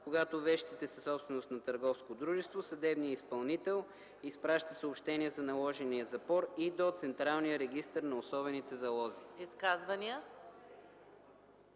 Когато вещите са собственост на търговско дружество, съдебният изпълнител изпраща съобщение за наложения запор и до Централния регистър на особените залози”.